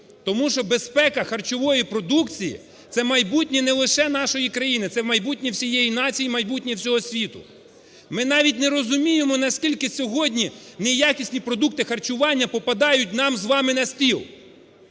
Тому що безпека харчової продукції – це майбутнє не лише нашої країни, це майбутнє всієї нації і майбутнє всього світу. Ми навіть не розуміємо, наскільки сьогодні неякісні продукти харчування попадають нам з вами на стіл.